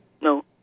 No